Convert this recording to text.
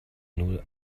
nur